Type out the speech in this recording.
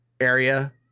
area